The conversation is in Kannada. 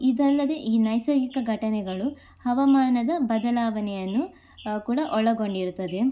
ಇದಲ್ಲದೆ ಈ ನೈಸರ್ಗಿಕ ಘಟನೆಗಳು ಹವಾಮಾನದ ಬದಲಾವಣೆಯನ್ನು ಕೂಡ ಒಳಗೊಂಡಿರುತ್ತದೆ